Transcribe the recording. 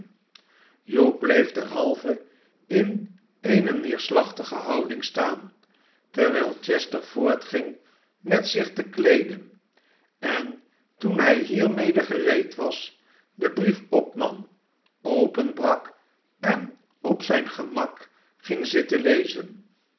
hugh bleef derhalve in eene neerslachtige houding staan terwijl chester voortging met zich te kleeden en toen hij hiermede gereed was den brief opnam openbrak en op zijn gemak ging zitten lezen